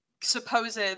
supposed